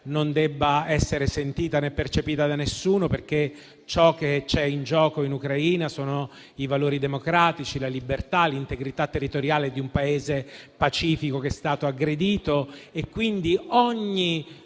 non dev'essere né sentita né percepita da nessuno, perché ciò che è in gioco in Ucraina sono i valori democratici, la libertà e l'integrità territoriale di un Paese pacifico, che è stato aggredito. Quindi, ogni